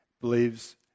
believes